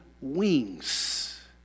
wings